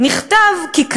נכתב כי,